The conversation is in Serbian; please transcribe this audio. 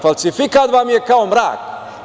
Falsifikat vam je kao mrak.